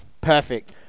perfect